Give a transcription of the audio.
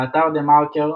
באתר TheMarker,